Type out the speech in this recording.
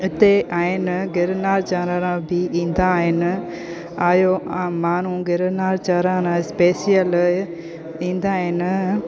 हिते आहिनि गिरनार चढ़ण बि ईंदा आहिनि आयो माण्हू गिरनार चढ़ण स्पेशल ईंदा आहिनि